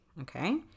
okay